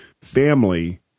family